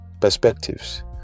Perspectives